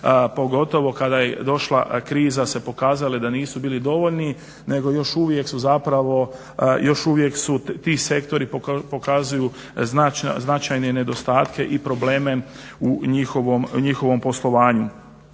pogotovo kada je došla kriza se pokazale da nisu bili dovoljni nego su još uvijek ti sektori pokazuju značajne nedostatke i probleme u njihovom poslovanju.